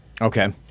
Okay